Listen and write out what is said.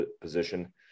position